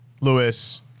Lewis